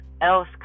else